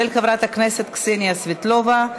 של חברת הכנסת קסניה סבטלובה.